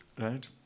right